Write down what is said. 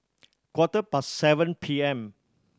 quarter past seven P M